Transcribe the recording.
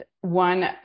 one